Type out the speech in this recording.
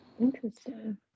Interesting